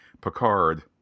Picard